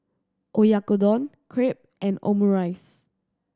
Oyakodon Crepe and Omurice